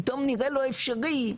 פתאום נראה לו אפשרי,